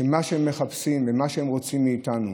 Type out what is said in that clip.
שמה שהם מחפשים ומה שהם רוצים מאיתנו